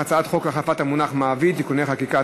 הצעת חוק להחלפת המונח מעביד (תיקוני חקיקה),